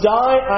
die